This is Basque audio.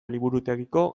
liburutegiko